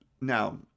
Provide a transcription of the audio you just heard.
Now